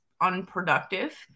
unproductive